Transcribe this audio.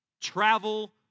travel